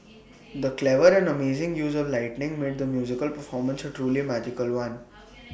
the clever and amazing use of lighting made the musical performance A truly magical one